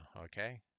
okay